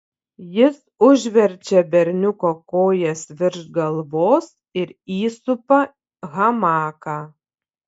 jis užverčia berniuko kojas virš galvos ir įsupa hamaką